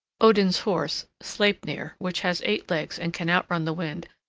odin's horse, sleipnir, which has eight legs and can outrun the wind,